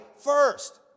first